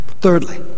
Thirdly